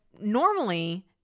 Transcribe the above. normally